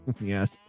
Yes